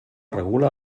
regula